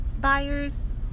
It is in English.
buyers